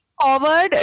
forward